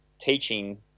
teaching